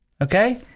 Okay